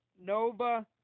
Nova